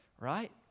right